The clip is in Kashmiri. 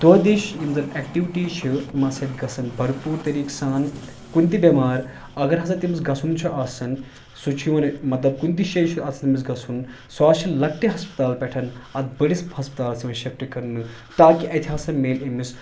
دۄہ دِش یِم زَن اٮ۪کٹِوٹیٖز چھِ تِم ہَسا گژھن برپوٗر طٔریٖقہٕ سان کُنہِ تہِ بٮ۪مار اگر ہَسا تٔمِس گَژھُن چھُ آسان سُہ چھُ یِوان مطلب کُنہِ تہِ جایہِ چھُ آسان تٔمِس گژھُن سُہ چھِ لَکٹہِ ہسپتال پٮ۪ٹھ اَتھ بٔڈِس ہسپتالَس یِوان شِفٹ کَرنہٕ تاکہ اَتہِ ہَسا مِلہِ أمِس